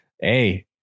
Hey